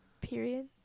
period